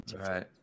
Right